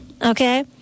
Okay